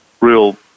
real